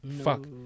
Fuck